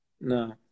No